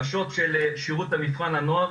השוט של שירות המבחן לנוער.